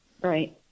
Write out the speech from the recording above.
Right